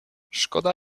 szkoda